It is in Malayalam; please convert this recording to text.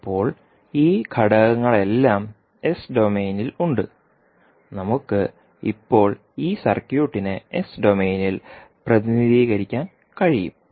ഇപ്പോൾ ഈ ഘടകങ്ങളെല്ലാം എസ് ഡൊമെയ്നിൽ ഉണ്ട് നമുക്ക് ഇപ്പോൾ ഈ സർക്യൂട്ടിനെ എസ് ഡൊമെയ്നിൽ പ്രതിനിധീകരിക്കാൻ കഴിയും